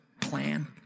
plan